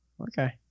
Okay